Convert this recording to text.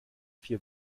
vier